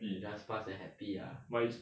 just pass then happy ah